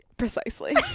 Precisely